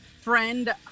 friend